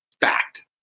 fact